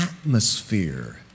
atmosphere